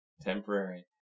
temporary